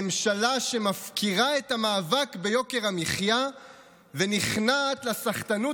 ממשלה שמפקירה את המאבק ביוקר המחיה ונכנעת לסחטנות